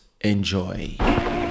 Enjoy